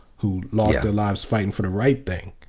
who lost their lives fighting for the right thing.